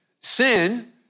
sin